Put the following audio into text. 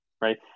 right